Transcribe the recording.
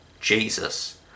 Jesus